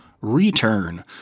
return